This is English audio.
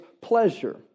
pleasure